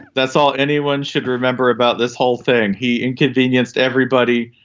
that's all anyone should remember about this whole thing. he inconvenienced everybody.